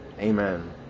Amen